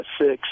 six